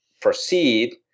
proceed